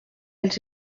els